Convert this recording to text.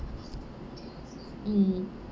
mm